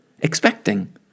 expecting